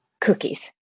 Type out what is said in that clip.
cookies